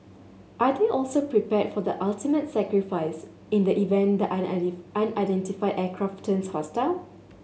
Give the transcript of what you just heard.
are they also prepared for the ultimate sacrifices in the event the unidentified aircraft turns hostile